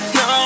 no